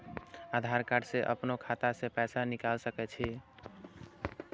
आधार कार्ड से अपनो खाता से पैसा निकाल सके छी?